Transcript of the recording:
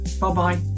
Bye-bye